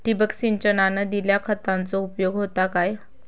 ठिबक सिंचनान दिल्या खतांचो उपयोग होता काय?